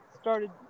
started